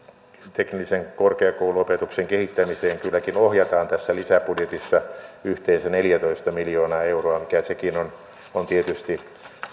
teknillisen korkeakouluopetuksen kehittämiseen kylläkin ohjataan tässä lisäbudjetissa yhteensä neljätoista miljoonaa euroa mikä sekin on tietysti